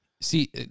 See